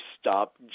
stop